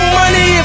money